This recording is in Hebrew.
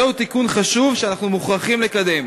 זהו תיקון חשוב שאנחנו מוכרחים לקדם.